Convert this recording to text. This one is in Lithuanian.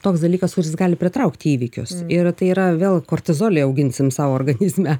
toks dalykas kuris gali pritraukti įvykius ir tai yra vėl kortizolį auginsim savo organizme